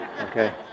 Okay